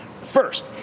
first